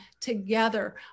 together